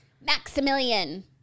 Maximilian